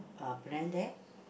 uh brand there